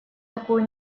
такую